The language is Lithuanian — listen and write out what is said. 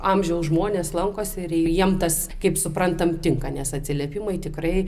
amžiaus žmonės lankosi ir jiem tas kaip suprantam tinka nes atsiliepimai tikrai